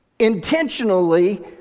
Intentionally